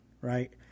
right